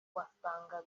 wasangaga